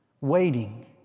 waiting